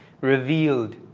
Revealed